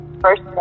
first